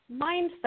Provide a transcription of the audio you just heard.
mindset